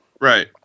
Right